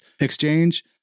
exchange